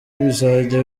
bizajya